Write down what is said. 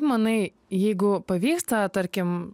manai jeigu pavyksta tarkim